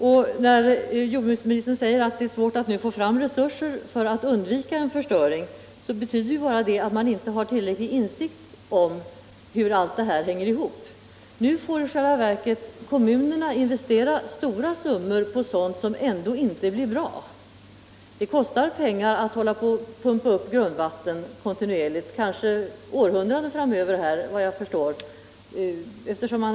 Och då jordbruksministern säger att det blir svårt att nu få fram resurser för att undvika en förstöring, så betyder ju det bara att man inte har tillräcklig insikt om hur allt det här hänger ihop. Kommunerna får investera stora summor för sådant som ändå inte blir bra. Det kostar pengar att hålla på och pumpa upp grundvatten kontinuerligt, kanske århundraden framåt.